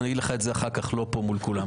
אבל אגיד לך את זה אחר כך לא פה מול כולם.